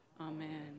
Amen